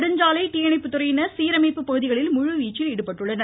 நெடுஞ்சாலை தீயணைப்பு துறையினர் சீரமைப்பு பணிகளில் முழுவீச்சில் ஈடுபட்டுள்ளனர்